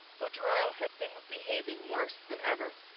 vaudreuil had been behaving worse than ever.